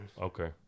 Okay